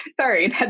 Sorry